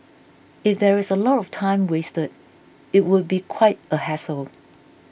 if there is a lot of time wasted it would be quite a hassle